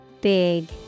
Big